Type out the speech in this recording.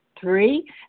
Three